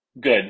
Good